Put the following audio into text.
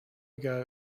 ago